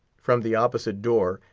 from the opposite door,